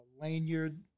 lanyard